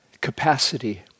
Capacity